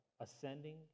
ascending